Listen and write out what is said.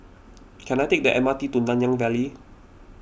can I take the M R T to Nanyang Valley